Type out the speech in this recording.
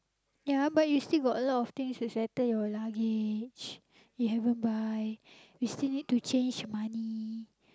ya but you still got a lot of things to settle your luggage you haven't buy you still need to change money